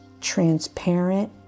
transparent